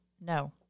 No